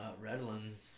Redlands